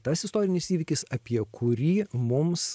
tas istorinis įvykis apie kurį mums